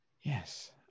yes